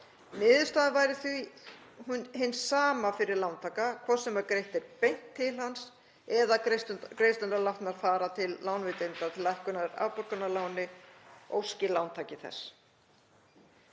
Niðurstaðan væri því hin sama fyrir lántaka, hvort sem greitt er beint til hans eða greiðslurnar látnar fara til lánveitenda til lækkunar afborgana af láni, óski lántaki þess.